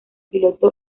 piloto